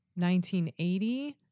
1980